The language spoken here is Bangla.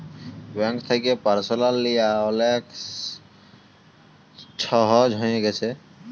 ব্যাংক থ্যাকে পারসলাল লিয়া অলেক ছহজ হঁয়ে গ্যাছে